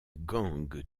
gang